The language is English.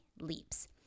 leaps